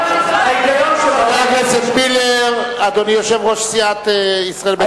חבר הכנסת מילר, אדוני יושב-ראש סיעת ישראל ביתנו,